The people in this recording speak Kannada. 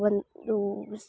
ಒನ್